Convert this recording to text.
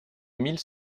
mille